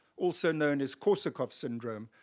also known as korsakoff syndrome,